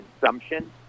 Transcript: consumption